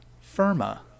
Firma